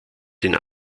den